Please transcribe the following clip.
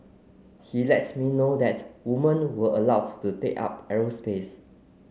he let me know that woman were allowed to take up aerospace